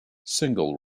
single